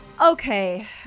Okay